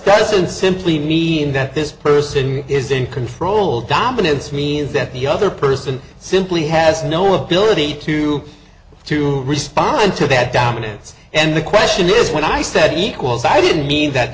that's in simply mean that this person is in control dominance means that the other person simply has no ability to to respond to that dominance and the question is when i said equals i didn't mean that